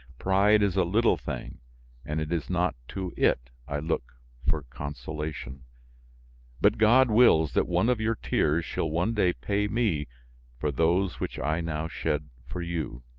pride is a little thing and it is not to it i look for consolation but god wills that one of your tears shall one day pay me for those which i now shed for you!